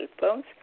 phones